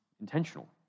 intentional